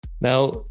now